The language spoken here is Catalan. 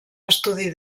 estudi